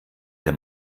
der